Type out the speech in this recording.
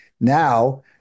Now